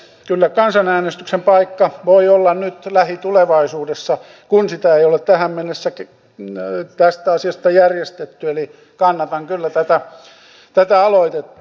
kyllä kansanäänestyksen paikka voi olla nyt lähitulevaisuudessa kun sitä ei ole tähän mennessä tästä asiasta järjestetty eli kannatan kyllä tätä aloitetta